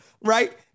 right